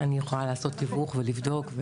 אני יכולה לעשות תיווך ולבדוק.